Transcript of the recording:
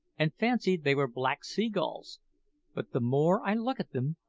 and fancied they were black sea-gulls but the more i look at them,